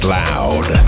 loud